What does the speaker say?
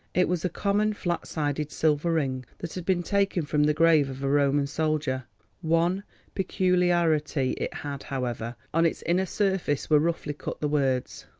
it was a common flat-sided silver ring that had been taken from the grave of a roman soldier one peculiarity it had, however on its inner surface were roughly cut the words,